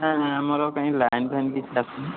ହଁ ଆମର କାଇଁ ଲାଇନ୍ ଫାଇନ୍ କିଛି ଆସୁନି